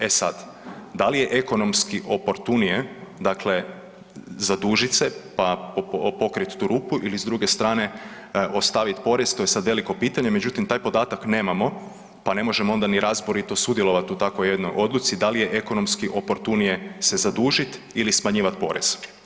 E sad, da li je ekonomski oportunije, dakle, zadužiti se pa pokriti tu rupu ili s druge strane, ostaviti porez, to je sad veliko pitanje, međutim, taj podatak nemamo pa ne možemo onda ni razborito sudjelovati u takvoj jednoj odluci, da li je ekonomski oportunije se zadužiti ili smanjivati porez.